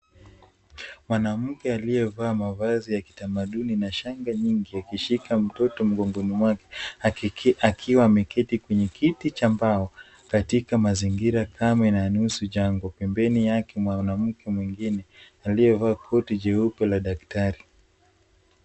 Mwanamke aliyevaa mavazi ya kitamaduni na shanga nyingi akishika mtoto mgongoni mwake akikiwa ameketi kwenye kiti cha mbao katika mazingira kamwe na nusu jambo. Pembeni yake mwanamke mwingine aliyevaa koti jeupe la daktari.